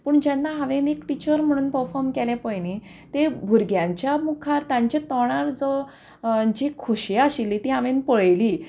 पूण जेन्ना हांवेन एक टिचर म्हणून परफॉर्म केलें पय न्ही ते भुरग्यांच्या मुखार तांच्या तोंडार जो जी खोशी आशिल्ली ती हांवेन पळयली